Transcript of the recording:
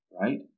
right